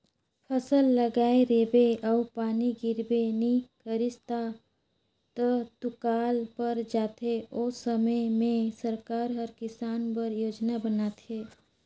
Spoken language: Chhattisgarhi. फसल लगाए रिबे अउ पानी गिरबे नी करिस ता त दुकाल पर जाथे ओ समे में सरकार हर किसान बर योजना बनाथे